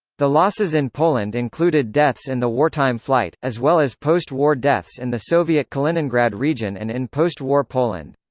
the losses in poland included deaths in the wartime flight, as well as post war deaths in the soviet kaliningrad region and in post war poland.